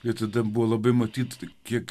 ir tada buvo labai matyt tik kiek